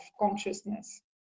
consciousness